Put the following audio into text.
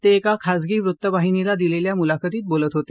ते एका खाजगी वृत्तवाहिनीला दिलेल्या मुलाखतीत बोलत होते